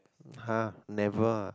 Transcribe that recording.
!huh! never